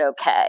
okay